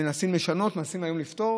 מנסים לשנות, מנסים היום לפתור.